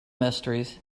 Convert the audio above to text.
mysteries